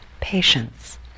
Patience